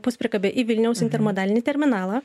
puspriekabę į vilniaus intermodalinį terminalą